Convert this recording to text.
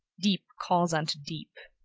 deep calls unto deep.